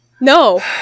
No